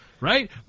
Right